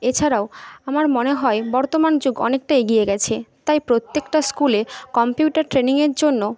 এছাড়াও আমার মনে হয় বর্তমান যুগ অনেকটা এগিয়ে গিয়েছে তাই প্রত্যেকটা স্কুলে কম্পিউটার ট্রেনিংয়ের জন্য